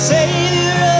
Savior